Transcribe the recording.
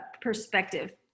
perspective